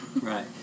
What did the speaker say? right